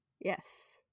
yes